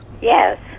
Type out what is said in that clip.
Yes